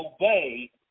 obey